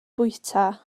bwyta